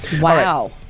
Wow